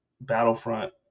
Battlefront